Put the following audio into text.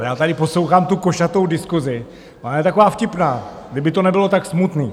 Já tady poslouchám tu košatou diskusi, ona je taková vtipná, kdyby to nebylo tak smutné.